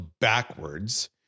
backwards